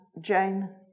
Jane